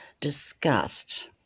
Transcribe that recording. discussed